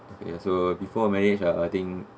okay so before marriage ah I think